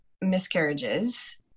miscarriages